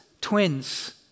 twins